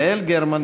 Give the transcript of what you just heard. יעל גרמן,